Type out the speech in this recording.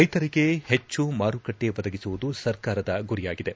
ರೈತರಿಗೆ ಹೆಚ್ಚು ಮಾರುಕಟ್ಟೆ ಒದಗಿಸುವುದು ಸರ್ಕಾರದ ಗುರಿಯಾಗಿದೆ